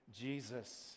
jesus